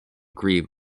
grieve